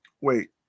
Wait